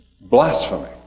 blasphemy